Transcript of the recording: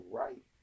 right